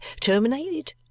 terminated